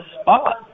spot